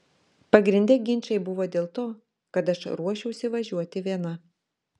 pagrinde ginčai buvo dėl to kad aš ruošiausi važiuoti viena